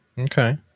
Okay